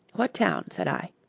what town? said i.